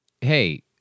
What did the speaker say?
Hey